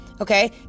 Okay